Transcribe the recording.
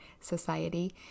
society